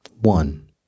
One